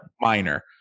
Minor